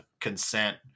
consent